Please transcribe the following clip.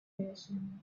creation